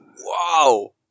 Wow